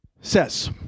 says